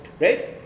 right